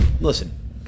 listen